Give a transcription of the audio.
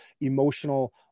emotional